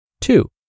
Two